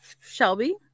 Shelby